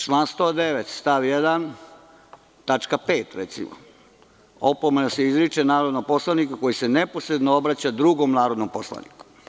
Član 109. stav 1. tačka 5) – „Opomena se izriče narodnom poslaniku koji se neposredno obraća drugom narodnom poslaniku“